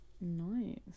Nice